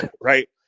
right